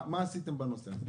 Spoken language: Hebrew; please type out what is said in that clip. מה עשיתם בנושא הזה?